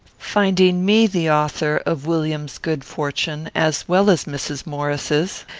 finding me the author of williams's good fortune as well as mrs. maurice's,